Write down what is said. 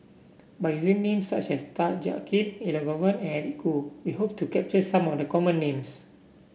by using names such as Tan Jiak Kim Elangovan and Eric Khoo we hope to capture some of the common names